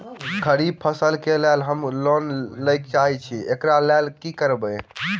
खरीफ फसल केँ लेल हम लोन लैके चाहै छी एकरा लेल की करबै?